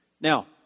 Now